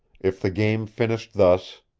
if the game finished thus,